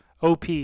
OP